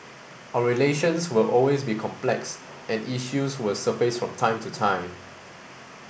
our relations will always be complex and issues will surface from time to time